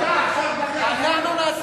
אלה דמעות תנין.